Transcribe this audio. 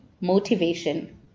motivation